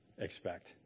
expect